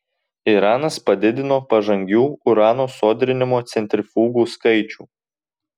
iranas padidino pažangių urano sodrinimo centrifugų skaičių